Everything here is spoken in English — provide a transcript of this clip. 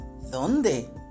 ¿Dónde